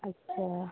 अच्छा